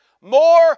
more